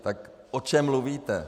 Tak o čem mluvíte?